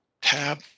tab